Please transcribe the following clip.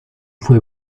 fue